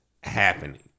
happening